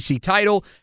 title